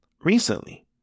Recently